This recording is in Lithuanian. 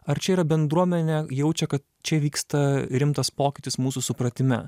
ar čia yra bendruomenė jaučia kad čia vyksta rimtas pokytis mūsų supratime